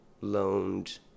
loaned